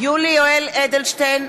יולי יואל אדלשטיין,